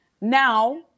Now